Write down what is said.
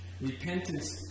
Repentance